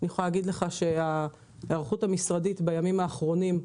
אני יכולה להגיד לך שההיערכות המשרדית בימים האחרונים,